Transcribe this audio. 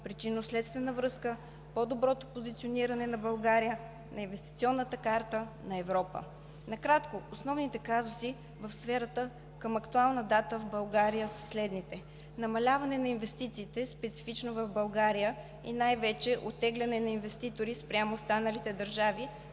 причинно-следствена връзка – по-доброто позициониране на България на „инвестиционната карта на Европа“. Накратко, основните казуси в сферата към актуална дата в България са следните: Намаляване на инвестициите, специфично в България, и най-вече оттегляне на инвеститори спрямо останалите държави